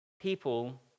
people